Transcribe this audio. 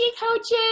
coaches